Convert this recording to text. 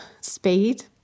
speed